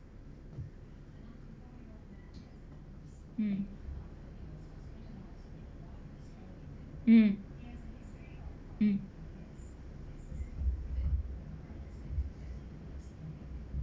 mm mm mm